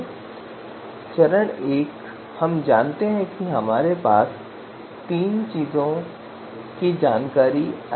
इसलिए यदि मानदंड को अधिकतम किया जाना है तो हमने पिछली तकनीकों के बारे में बात की है कि आमतौर पर किसी विशेष मानदंड के लिए वरीयता दिशा होने वाली है